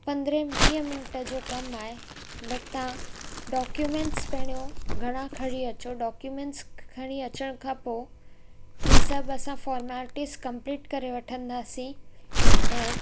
पंदरहें वीहें मिनट जो कमु आहे बट तव्हां डॉक्यूमेंट्स पहिरियों घरां खणी अचो डॉक्यूमेंट्स खणी अचण खां पोइ हीउ सभु असां फ़ॉर्मेलिटीज़ कंप्लीट करे वठंदासीं ऐं